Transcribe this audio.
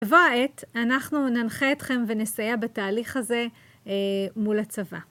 בבוא העת אנחנו ננחה אתכם ונסייע בתהליך הזה מול הצבא.